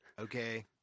okay